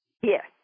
Yes